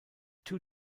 two